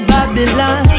Babylon